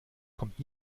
kommt